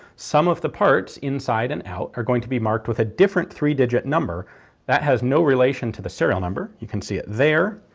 some of the parts inside and out are going to be marked with a different three digit number that has no relation to the serial number. you can see it there,